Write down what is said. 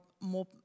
more